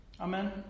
Amen